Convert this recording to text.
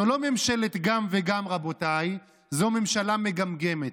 זו לא ממשלת גם וגם, רבותיי, זו ממשלה מגמגמת.